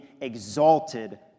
exalted